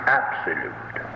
absolute